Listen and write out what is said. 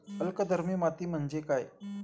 अल्कधर्मी माती म्हणजे काय?